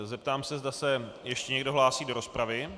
Zeptám se, zda se ještě někdo hlásí do rozpravy.